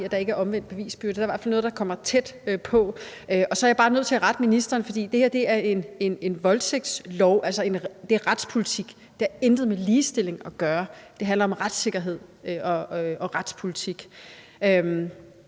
at der ikke er omvendt bevisbyrde. Der er i hvert fald noget, der kommer tæt på. Og så er jeg bare nødt til at rette ministeren, for det her er en voldtægtslov, altså, det er retspolitik. Det har intet med ligestilling at gøre. Det handler om retssikkerhed og retspolitik.